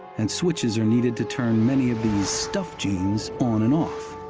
and switches are needed to turn many of these stuff genes on and off.